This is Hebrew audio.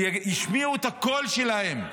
שישמיעו את הקול שלהן,